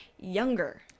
younger